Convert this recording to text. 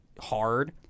hard